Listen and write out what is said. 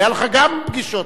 היו לך גם פגישות.